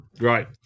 Right